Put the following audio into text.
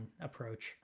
approach